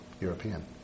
European